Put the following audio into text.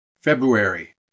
February